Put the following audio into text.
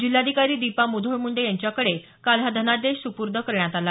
जिल्हाधिकारी दीपा मुंडे मुधोळ यांच्याकडे काल हा धनादेश सुपूर्द करण्यात आला